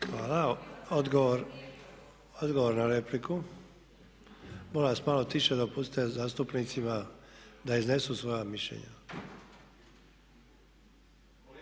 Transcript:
Hvala. Odgovor na repliku. Molim vas malo tiše, dopustite zastupnicima da iznesu svoja mišljenja.